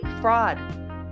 fraud